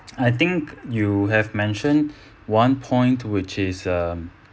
I think you have mentioned one point which is um